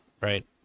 right